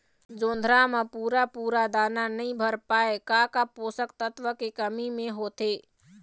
जोंधरा म पूरा पूरा दाना नई भर पाए का का पोषक तत्व के कमी मे होथे?